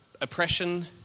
oppression